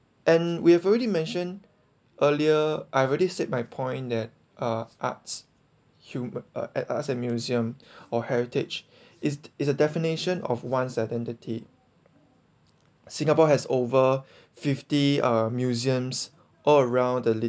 and we've already mentioned earlier I already said my point that uh arts hum~ uh at I say museum or heritage is is a definition of one's identity singapore has over fifty uh museums all around the li~